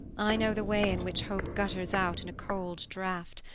i know the way in which hope gutters out in a cold draught,